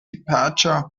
departure